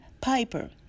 Piper